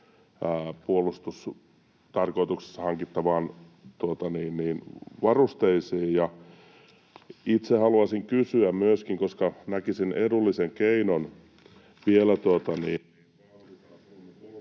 puolustustarkoituksessa hankittaviin varusteisiin. Itse haluaisin kysyä myöskin, koska näkisin edullisen keinon vielä...